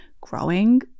growing